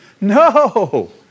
no